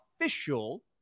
official –